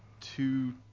two